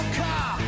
car